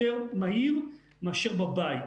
יותר מהיר מאשר בבית.